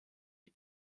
die